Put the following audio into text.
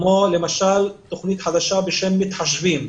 כמו תכנית חדשה בשם "מתחשבים",